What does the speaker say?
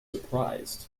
surprised